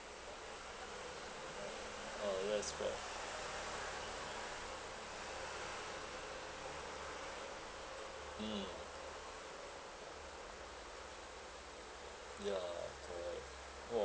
oh that's bad mm ya correct !wah!